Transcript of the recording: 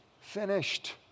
finished